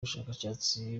bushakashatsi